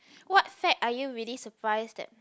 what fact are you really surprised that